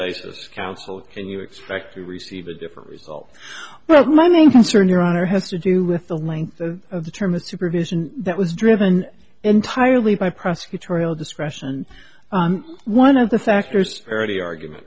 basis counsel can you expect to receive a different result but my main concern your honor has to do with the length of the term of supervision that was driven entirely by prosecutorial discretion one of the factors parity argument